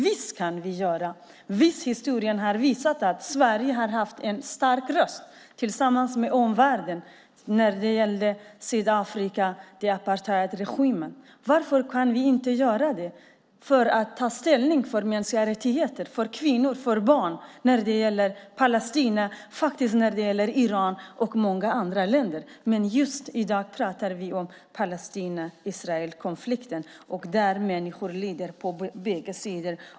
Visst kan vi göra det! Historien har visat att Sverige har haft en stark röst tillsammans med omvärlden när det gäller Sydafrika och apartheidregimen. Varför kan vi inte göra det för att ta ställning för mänskliga rättigheter, för kvinnor och för barn också när det gäller Palestina, när det gäller Iran och många andra länder? Men just i dag pratar vi om Palestina-Israel-konflikten där människor lider på bägge sidor.